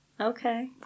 Okay